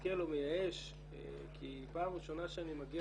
מתסכל או מייאש כי פעם ראשונה שאני מגיע